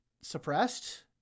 suppressed